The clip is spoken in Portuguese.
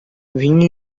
vinho